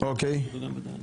ועדת המדע והטכנולוגיה,